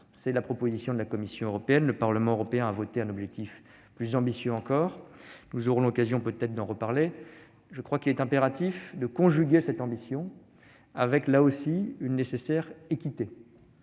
C'est la proposition de la Commission européenne ; le Parlement européen a voté un objectif plus ambitieux encore. Nous aurons l'occasion d'en reparler, mais il est impératif de conjuguer cette ambition avec une nécessaire équité.